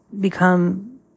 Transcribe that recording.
become